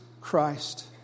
Christ